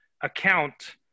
account